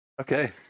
okay